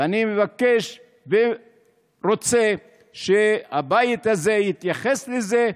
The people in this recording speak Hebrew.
ואני מבקש ורוצה שהבית הזה יתייחס לזה,